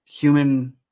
human